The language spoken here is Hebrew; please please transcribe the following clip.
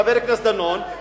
חבר הכנסת דנון,